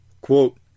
Quote